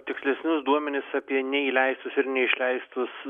tikslesnius duomenis apie neįleistus ir neišleistus